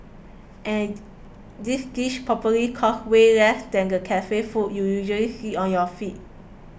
and these dishes probably cost way less than the cafe food you usually see on your feed